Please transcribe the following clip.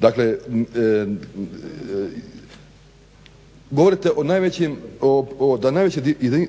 Dakle, govorite o najveći